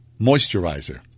moisturizer